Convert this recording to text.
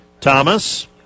Thomas